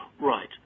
right